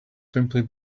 simply